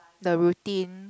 the routine